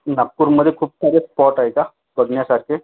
नागपूरमध्ये खूप सारे स्पॉट आहे का बघण्यासारखे